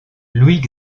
louis